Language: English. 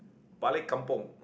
balik kampung